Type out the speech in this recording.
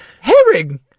herring